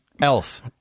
else